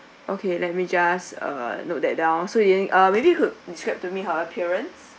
okay let me just uh note that down so you maybe you could describe to me her appearance